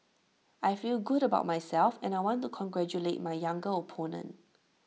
I feel good about myself and I want to congratulate my younger opponent